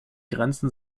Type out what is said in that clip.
grenzen